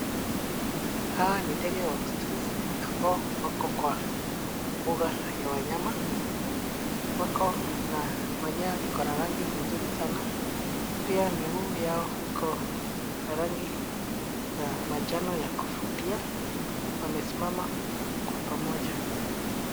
Hawa ni ndege wa msituni ambao wako kwa mbuga ya wanyama. Wako na manyoya iko na rangi mzuri sana. Pia miguu yao iko na rangi ya manjano ya kuvutia. Wamesimama kwa pamoja.